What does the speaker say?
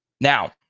Now